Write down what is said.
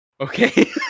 okay